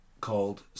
called